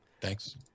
thanks